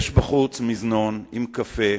יש בחוץ מזנון עם קפה.